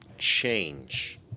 change